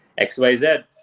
XYZ